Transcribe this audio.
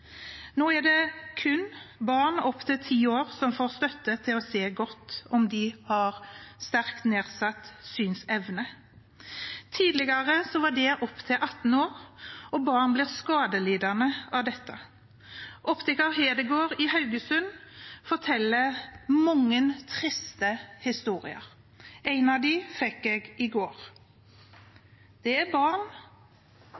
Nå er det kun barn opptil 10 år som får støtte til å se godt om de har sterkt nedsatt synsevne. Tidligere var det opptil 18 år, og barn blir skadelidende av dette. Optiker Hedegaard i Haugesund forteller mange triste historier. En av dem fikk jeg i går.